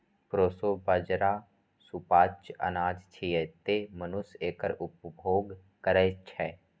proso बाजारा सुपाच्य अनाज छियै, तें मनुष्य एकर उपभोग करै छै